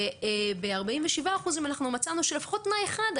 החלטות השחרור של העצורים מצאנו שפחות מאחוז מתוך סך החלטות